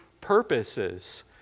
purposes